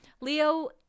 Leo